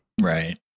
Right